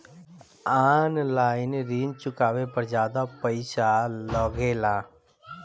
आन line ऋण चुकावे पर ज्यादा पईसा लगेला?